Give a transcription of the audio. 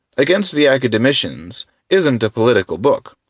against the academicians isn't a political book,